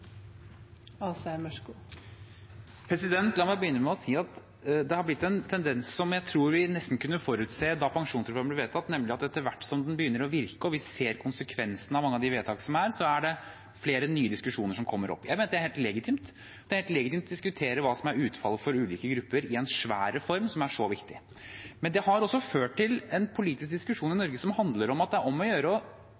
La meg begynne med å si at det er blitt en tendens som jeg tror vi nesten kunne forutse da pensjonsreformen ble vedtatt, nemlig at etter hvert som den begynner å virke og vi ser konsekvensene av mange av vedtakene, er det flere nye diskusjoner som kommer opp. Jeg mener det er helt legitimt. Det er helt legitimt å diskutere hva som er utfallet for ulike grupper, i en svær reform som er så viktig. Men det har også ført til en politisk diskusjon i